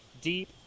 deep